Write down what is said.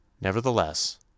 Nevertheless